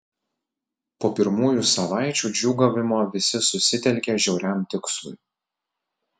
po pirmųjų savaičių džiūgavimo visi susitelkė žiauriam tikslui